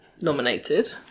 nominated